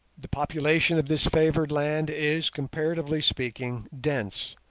the population of this favoured land is, comparatively speaking, dense,